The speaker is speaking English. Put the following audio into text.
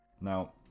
Now